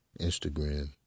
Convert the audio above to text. Instagram